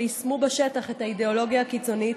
שיישמו בשטח את האידיאולוגיה הקיצונית,